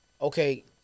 okay